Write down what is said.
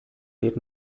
did